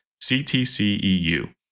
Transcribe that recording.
ctceu